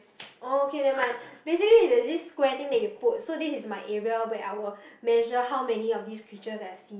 oh okay never mind basically there's thing square thing that you put so this is my area where I will measure how many of these creatures that I see